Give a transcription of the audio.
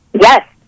Yes